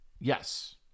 yes